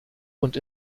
und